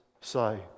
say